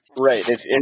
Right